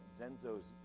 Zenzo's